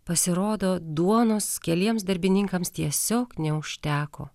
pasirodo duonos keliems darbininkams tiesiog neužteko